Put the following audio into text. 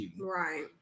Right